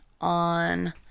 on